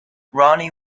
ronnie